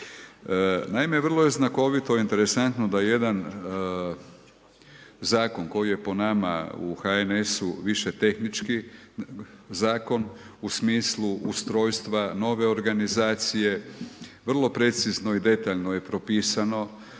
Naime, vrlo je znakovito i interesantno da jedan zakon koji je po nama u HNS-u više tehnički zakon u smislu ustrojstva nove organizacije, vrlo precizno i detaljno je propisano